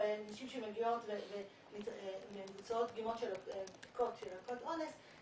נשים שמגיעות ונמצאות בדיקות של ערכות אונס,